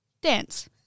Dance